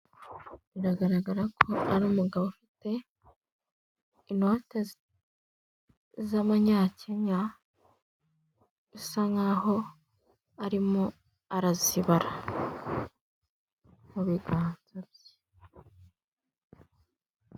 Biragaragara ko ari umugabo ufite inote z'abanyakenya ,usa nkaho arimo arazibara mu biganza bye.